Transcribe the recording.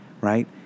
right